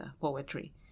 poetry